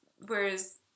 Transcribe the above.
Whereas